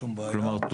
כלומר,